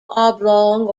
oblong